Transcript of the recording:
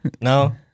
No